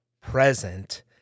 present